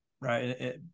right